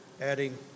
adding